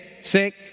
sick